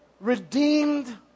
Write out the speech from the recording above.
redeemed